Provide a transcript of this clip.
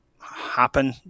happen